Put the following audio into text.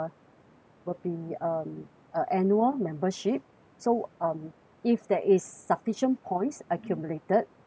would be um a annual membership so um if there is sufficient points accumulated